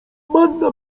manna